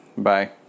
Bye